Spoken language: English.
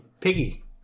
piggy